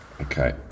okay